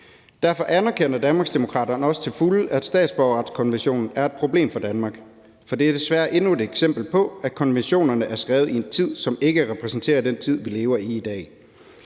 Derfor anerkender Danmarksdemokraterne også til fulde, at statsborgerretskonventionen er et problem for Danmark. For det er desværre endnu et eksempel på, at konventionerne er skrevet i en tid, som ikke repræsenterer den tid, vi lever i i dag.